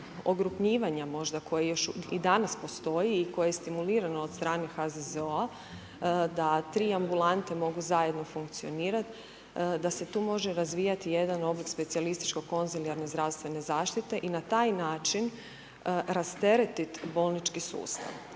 ogrupnjivanja možda koje još i danas postoji i koje je stimulirano od strane HZZO-a da tri ambulante mogu zajedno funkcionirat, da se tu može razvijati jedan oblik specijalističke konzilijarne zdravstvene zaštite i na taj način rasteretit bolnički sustav.